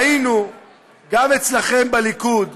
ראינו גם אצלכם בליכוד,